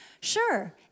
Sure